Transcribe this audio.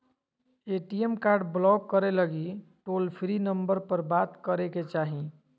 ATM card block करे लगी toll free number पर बात करे के चाही